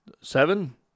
Seven